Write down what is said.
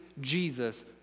Jesus